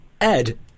ed